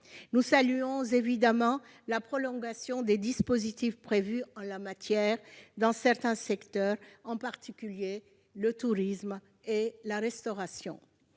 Nous saluons évidemment la prolongation des dispositifs prévus en la matière dans certains secteurs, en particulier le tourisme et la restauration.